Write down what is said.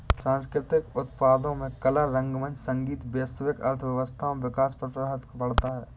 सांस्कृतिक उत्पादों में कला रंगमंच संगीत वैश्विक अर्थव्यवस्थाओं विकास पर प्रभाव पड़ता है